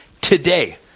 today